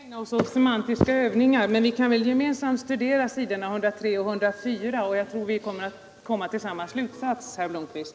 Herr talman! Låt oss inte syssla med semantiska övningar. Men vi kan väl gemensamt studera s. 103 och 104 i betänkandet, och jag tror att vi kommer till samma slutsats, herr Blomkvist.